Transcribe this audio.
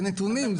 זה נתונים.